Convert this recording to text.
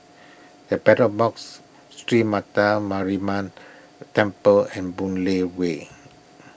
the Battle Box Sree Mata Mariamman Temple and Boon Lay Way